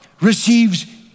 receives